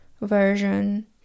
version